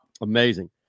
Amazing